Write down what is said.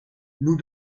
nous